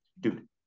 dude